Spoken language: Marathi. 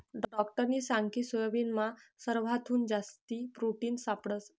डाक्टरनी सांगकी सोयाबीनमा सरवाथून जास्ती प्रोटिन सापडंस